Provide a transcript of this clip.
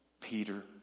Peter